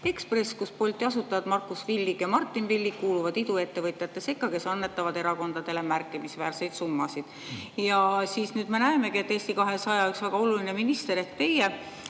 Ekspress, et Bolti asutajad Markus Villig ja Martin Villig kuuluvad iduettevõtjate sekka, kes annetavad erakondadele märkimisväärseid summasid. Ja nüüd me näemegi, et Eesti 200 väga oluline minister ehk teie